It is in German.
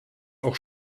auch